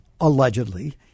allegedly